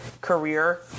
career